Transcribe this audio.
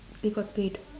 they got paid